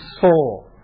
soul